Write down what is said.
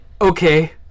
okay